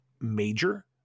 major